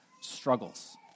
struggles